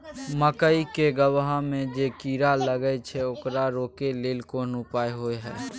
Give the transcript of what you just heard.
मकई के गबहा में जे कीरा लागय छै ओकरा रोके लेल कोन उपाय होय है?